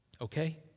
Okay